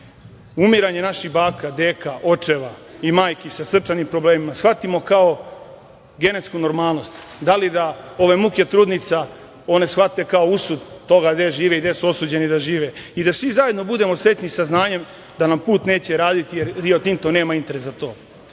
umiranje naših baka, deka, očeva i majki sa srčanim problemima shvatimo kao genetsku normalnost? Da li da ove muke trudnica one shvate kao usud toga gde žive i gde su osuđeni da žive i da svi zajedno budemo srećni sa znanjem da nam put neće raditi Rio Tinto, nema interesa za to?